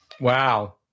Wow